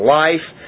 life